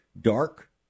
dark